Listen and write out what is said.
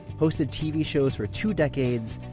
hosted tv shows for two decades,